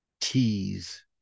tease